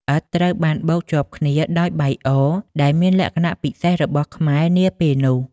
ឥដ្ឋត្រូវបានបូកជាប់គ្នាដោយបាយអរ ដែលមានលក្ខណៈពិសេសរបស់ខ្មែរនាពេលនោះ។